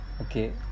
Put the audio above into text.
Okay